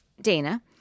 Dana